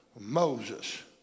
Moses